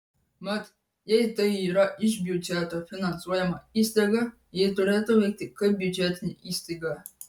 mat jei tai yra iš biudžeto finansuojama įstaiga ji turėtų veikti kaip biudžetinė įstaiga